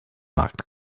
markt